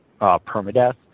permadeath